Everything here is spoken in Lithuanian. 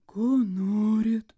ko norit